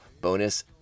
bonus